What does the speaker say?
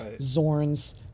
Zorn's